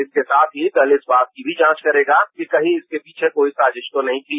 इसके साथ ही दल इस बात की भी जांच करेगा कि कहीं इसके पीछे कोई साजिश तो नहीं थी